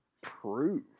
prove